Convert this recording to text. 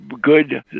good